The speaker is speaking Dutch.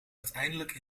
uiteindelijk